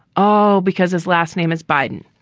all because his last name is biden.